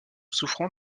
souffrant